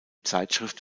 zeitschrift